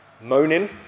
moaning